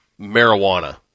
marijuana